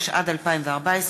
התשע"ד 2014,